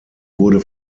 wurde